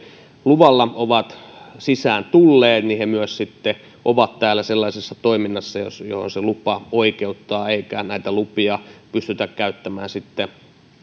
luvalla ovat sisään tulleet myös sitten ovat täällä sellaisessa toiminnassa johon se lupa oikeuttaa eikä näitä lupia pystytä käyttämään